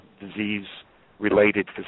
disease-related